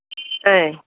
ఆయ్